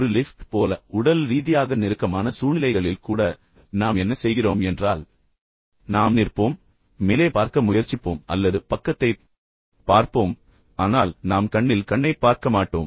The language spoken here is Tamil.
ஒரு லிஃப்ட் போல உடல் ரீதியாக நெருக்கமான சூழ்நிலைகளில் கூட நாம் என்ன செய்கிறோம் என்றால் நாம் நிற்போம் மேலே பார்க்க முயற்சிப்போம் அல்லது பக்கத்தைப் பார்ப்போம் ஆனால் நாம் கண்ணில் கண்ணைப் பார்க்க மாட்டோம்